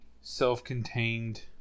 self-contained